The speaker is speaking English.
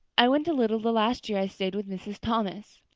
i went a little the last year i stayed with mrs. thomas.